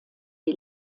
die